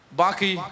baki